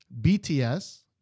BTS